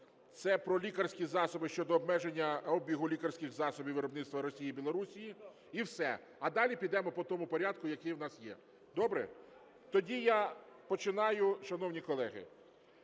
це "Про лікарські засоби" щодо обмеження обігу лікарських засобів виробництва Росії, Білорусі. І все, а далі підемо по тому порядку, який в нас є. Добре? Тоді я починаю, шановні колеги,